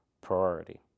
priority